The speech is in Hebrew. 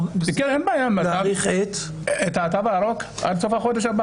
את התו הירוק, עד סוף החודש.